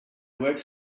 worked